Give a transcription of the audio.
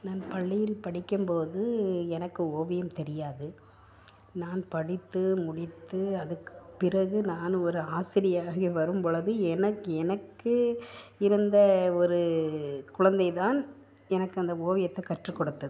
நான் பள்ளியில் படிக்கும் போது எனக்கு ஓவியம் தெரியாது நான் படித்து முடித்து அதுக்கு பிறகு நான் ஒரு ஆசிரியராகி வரும் பொழுது எனக் எனக்கு இருந்த ஒரு குழந்தை தான் எனக்கு அந்த ஓவியத்தை கற்றுக் கொடுத்தது